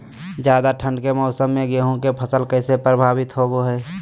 ज्यादा ठंड के मौसम में गेहूं के फसल कैसे प्रभावित होबो हय?